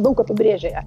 daug apibrėžė ją